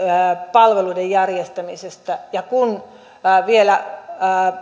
palveluiden järjestämisestä ja vielä